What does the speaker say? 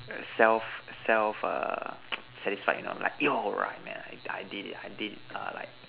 self self err satisfied you know I'm like yo right man I did it I did err like